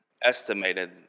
estimated